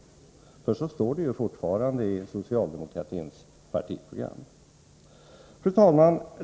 För så står det fortfarande i socialdemokratins partiprogram. Fru talman!